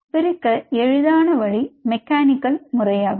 பிரிக்க எளிதான வழி மெக்கானிக்கல் முறையாகும்